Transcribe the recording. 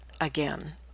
again